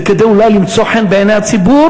זה אולי כדי למצוא חן בעיני הציבור,